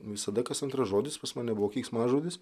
visada kas antras žodis pas mane buvo keiksmažodis